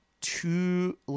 two